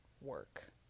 work